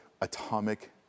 atomic